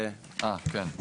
כן.